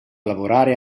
lavorare